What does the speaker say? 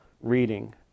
reading